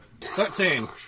Thirteen